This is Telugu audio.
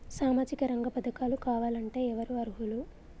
సామాజిక రంగ పథకాలు కావాలంటే ఎవరు అర్హులు?